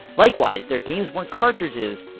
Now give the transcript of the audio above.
likewise, their games weren't cartridges,